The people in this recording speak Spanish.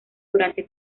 durante